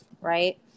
right